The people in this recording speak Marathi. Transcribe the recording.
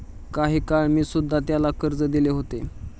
काही काळ मी सुध्धा त्याला कर्ज दिले होते